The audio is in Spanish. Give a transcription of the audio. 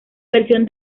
versión